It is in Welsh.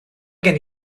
gen